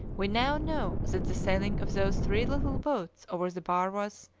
we now know that the sailing of those three little boats over the bar was,